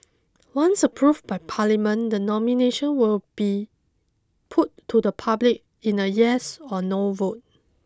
once approved by parliament the nomination will be put to the public in a yes or no vote